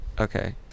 Okay